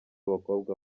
abakobwa